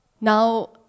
Now